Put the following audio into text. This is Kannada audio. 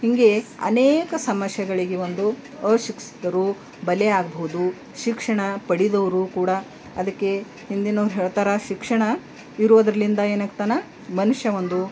ಹಿಂಗೆ ಅನೇಕ ಸಮಸ್ಯೆಗಳಿಗೆ ಒಂದು ಅಶಿಕ್ಷಿತರು ಬಲಿಯಾಗಬಹುದು ಶಿಕ್ಷಣ ಪಡಿದವರು ಕೂಡ ಅದಕ್ಕೆ ಹಿಂದಿನವ್ರು ಹೇಳ್ತಾರೆ ಶಿಕ್ಷಣ ಇರೋದ್ರಿಂದ ಏನಾಗ್ತಾನೆ ಮನುಷ್ಯ ಒಂದು